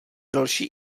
další